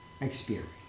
experience